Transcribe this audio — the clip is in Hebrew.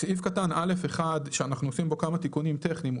סעיף קטן (א1) שאנחנו עושים בו כמה תיקונים טכניים,